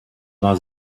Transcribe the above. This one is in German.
war